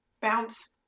bounce